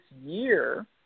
year